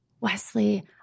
Wesley